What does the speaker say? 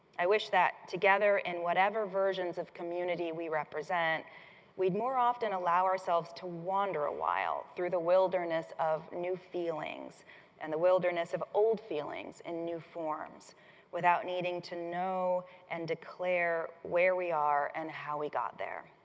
i wish that together in whatever versions of community we represent we would more often allow ourselves to wander a wile through the wilderness of new feelings and the wilderness of old feelings in new forms without needing to know and declare where we are and how we got there.